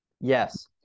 Yes